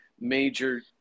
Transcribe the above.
major